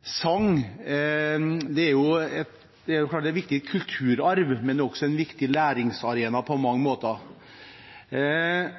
Det er klart at sang er viktig kulturarv, men det er på mange måter også en viktig læringsarena. Jeg har